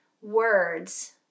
words